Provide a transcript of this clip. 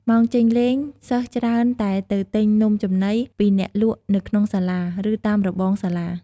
ម៉ោងចេញលេង សិស្សច្រើនតែទៅទិញនំចំណី ពីអ្នកលក់នៅក្នុងសាលា ឬតាមរបងសាលា។